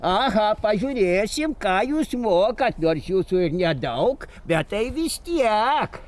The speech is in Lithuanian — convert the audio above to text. aha pažiūrėsim ką jūs mokat nors jūsų nedaug bet tai vis tiek